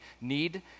need